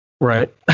Right